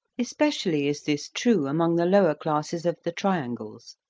especially is this true among the lower classes of the triangles.